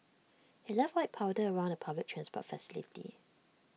he left white powder around the public transport facility